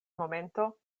momento